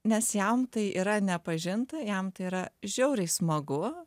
nes jam tai yra nepažinta jam tai yra žiauriai smagu